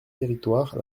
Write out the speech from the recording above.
territoire